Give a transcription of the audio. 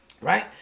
right